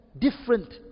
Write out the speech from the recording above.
different